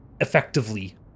effectively